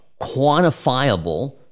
quantifiable